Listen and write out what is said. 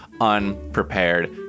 unprepared